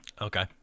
Okay